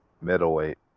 Middleweight